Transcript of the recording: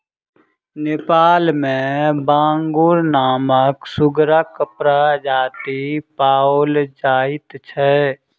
नेपाल मे बांगुर नामक सुगरक प्रजाति पाओल जाइत छै